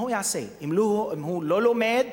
מה הוא יעשה אם הוא לא לומד